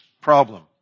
problem